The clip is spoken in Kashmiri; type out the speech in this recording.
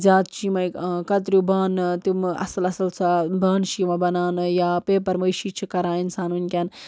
زیادٕ چھِ یِمَے کَتریوٗ بانہٕ تِمہٕ اَصٕل اَصٕل سۄ بانہٕ چھِ یِوان بناونہٕ یا پیپر مٲشی چھِ کران اِنسان وٕنۍکٮ۪ن